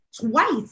twice